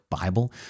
Bible